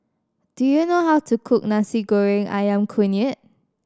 do you know how to cook Nasi Goreng Ayam Kunyit